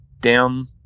down